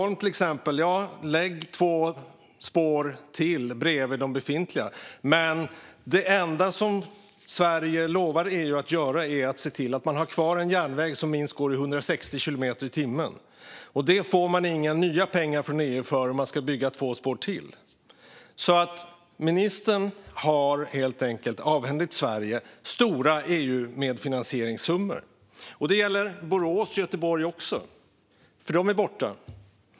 Ja, vi kan prata om att lägga två spår till bredvid de befintliga, men det enda Sverige lovar EU att göra är att se till att ha kvar en järnväg som går i minst 160 kilometer i timmen. För det får man inga nya pengar från EU om man bara ska bygga två spår till. Ministern har helt enkelt avhänt Sverige stora EU-medfinansieringssummor. Det gäller även Borås-Göteborg. Den sträckan är borta.